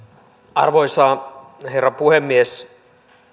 arvoisa herra puhemies